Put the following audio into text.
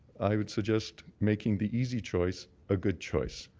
i would suggest making the easy choice a good choice.